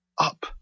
up